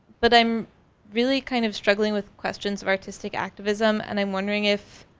but i'm really kind of struggling with questions of artistic activism and i'm wondering if,